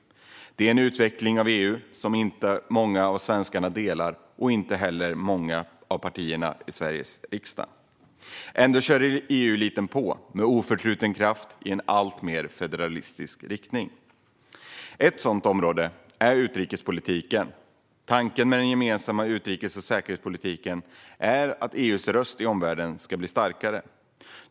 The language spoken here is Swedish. Detta är en utveckling av EU som inte många av svenskarna delar och inte heller många av partierna i Sveriges riksdag. Ändå kör EU-eliten på med oförtruten kraft i en alltmer federalistisk riktning. Ett sådant område är utrikespolitiken. Tanken med den gemensamma utrikes och säkerhetspolitiken är att EU:s röst i omvärlden ska bli starkare.